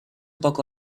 poco